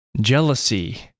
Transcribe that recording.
jealousy